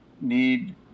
need